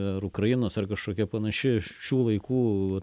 ar ukrainos ar kažkokia panaši šių laikų